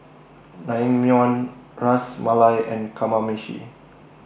Naengmyeon Ras Malai and Kamameshi